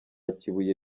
kibuye